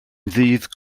ddydd